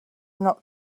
not